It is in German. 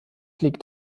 liegt